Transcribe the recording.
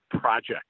project